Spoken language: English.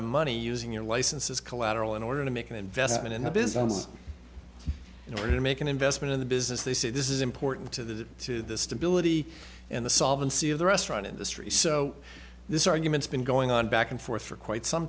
of money using your license as collateral in order to make an investment in the business in order to make an investment in the business they say this is important to the to the stability and the solvency of the restaurant industry so this argument's been going on back and forth for quite some